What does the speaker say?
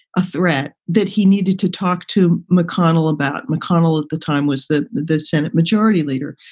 a threat that he needed to talk to mcconnell about. mcconnell at the time was the the senate majority leader.